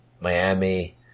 Miami